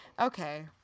Okay